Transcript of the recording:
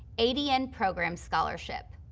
adn program scholarship.